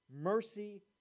mercy